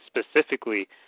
specifically